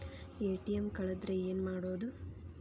ATM ಕಳದ್ರ ಏನು ಮಾಡೋದು?